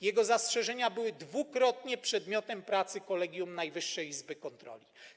Jego zastrzeżenia były dwukrotnie przedmiotem pracy Kolegium Najwyższej Izby Kontroli.